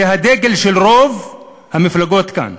זה הדגל של רוב המפלגות כאן.